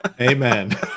Amen